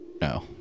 No